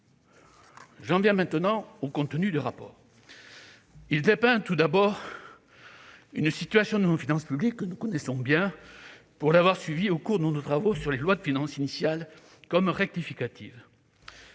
J'en viens maintenant au contenu du rapport public annuel. Le RPA dépeint tout d'abord une situation de nos finances publiques que nous connaissons bien, pour l'avoir suivie au cours de nos travaux sur les lois de finances initiale et rectificatives.